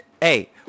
hey